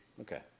Okay